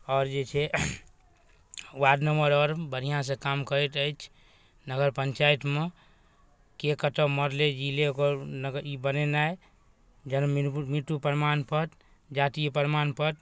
आओर जे छै वार्ड मेम्बर आओर बढ़िआँसँ काम करैत अछि नगर पञ्चायतमे के कतऽ मरलै जिलै ओकर नगर ई बनेनाइ जन्म मृत्यु प्रमाणपत्र जाति प्रमाणपत्र